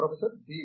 professor B